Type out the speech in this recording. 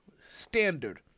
standard